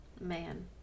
man